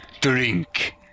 Drink